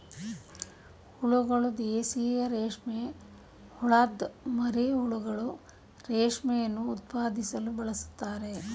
ಹುಳಗಳು ದೇಶೀಯ ರೇಷ್ಮೆಹುಳದ್ ಮರಿಹುಳುಗಳು ರೇಷ್ಮೆಯನ್ನು ಉತ್ಪಾದಿಸಲು ಬೆಳೆಸ್ತಾರೆ